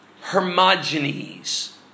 Hermogenes